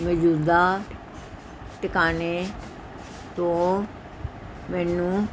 ਮੌਜੂਦਾ ਟਿਕਾਣੇ ਤੋਂ ਮੈਨੂੰ